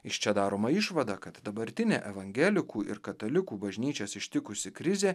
iš čia daroma išvada kad dabartinė evangelikų ir katalikų bažnyčias ištikusi krizė